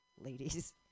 ladies